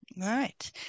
Right